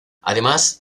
además